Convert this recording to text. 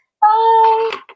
Bye